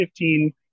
15